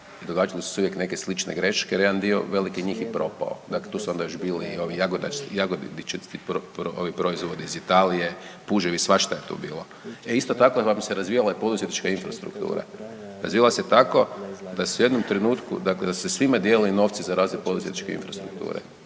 događale su se uvijek neke slične greške jer jedan dio veliki njih i propao. Dakle, tu su onda još bili i ovi … proizvodi iz Italije, puževi svašta je tu bilo. E isto tako vam se razvijala poduzetnička infrastruktura, razvijala se tako da su se u jednom trenutku dakle